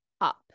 up